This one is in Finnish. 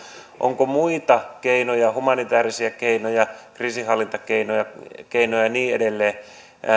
onko muita keinoja humanitäärisiä keinoja kriisinhallintakeinoja ja niin edelleen